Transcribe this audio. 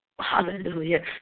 hallelujah